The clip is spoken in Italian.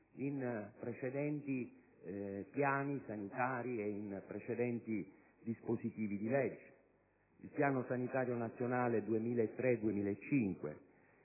in precedenti piani sanitari e dispositivi di legge: il Piano sanitario nazionale 2003-2005